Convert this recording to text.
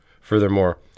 Furthermore